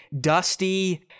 dusty